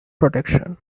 protection